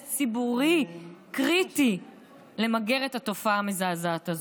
ציבורי קריטי למגר את התופעה המזעזעת הזאת.